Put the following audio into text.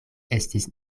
estis